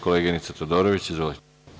Koleginice Todorović, izvolite.